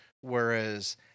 Whereas